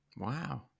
wow